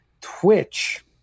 Twitch